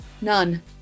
None